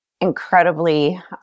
incredibly